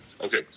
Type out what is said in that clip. Okay